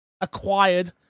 acquired